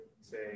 say